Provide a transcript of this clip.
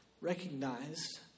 recognized